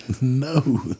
No